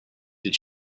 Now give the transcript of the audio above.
did